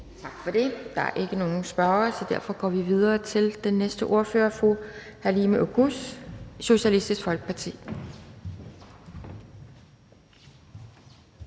Tak for det. Der er ikke nogen spørgere, så derfor går vi videre til den næste ordfører, fru Halime Oguz, Socialistisk Folkeparti.